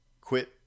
quit